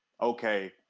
okay